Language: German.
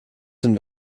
den